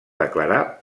declarar